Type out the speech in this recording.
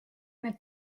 need